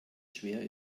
schwer